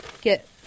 Get